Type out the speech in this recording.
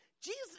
Jesus